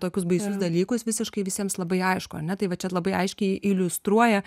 tokius baisius dalykus visiškai visiems labai aišku ar ne tai va čia labai aiškiai iliustruoja